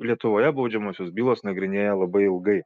lietuvoje baudžiamosios bylos nagrinėja labai ilgai